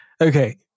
Okay